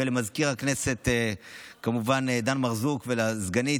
וכמובן למזכיר הכנסת דן מרזוק ולסגנית.